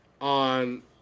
on